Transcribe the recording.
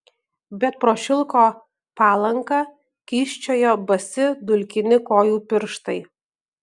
bet pro šilko palanką kyščiojo basi dulkini kojų pirštai